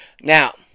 Now